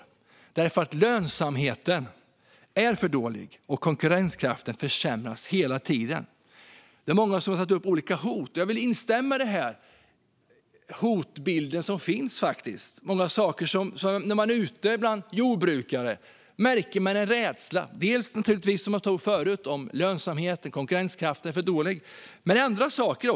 Jo, därför att lönsamheten är för dålig och konkurrenskraften hela tiden försämras. Det är många som har tagit upp olika hot. Jag vill instämma i den hotbild som finns. När man är ute bland jordbrukare märker man en rädsla. Det gäller naturligtvis delvis det som jag tog upp om att lönsamheten och konkurrenskraften är för dålig, men även andra saker.